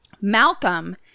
Malcolm